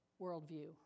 worldview